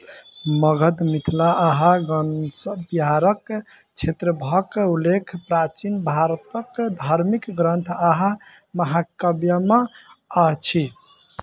मगध मिथिला आ अङ्गसन बिहारके क्षेत्र सभके उल्लेख प्राचीन भारतके धार्मिक ग्रन्थ आ महाकाव्यमे अछि